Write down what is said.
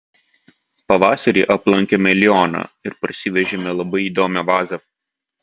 pavasarį aplankėme lioną ir parsivežėme labai įdomią vazą